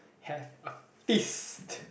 have a feast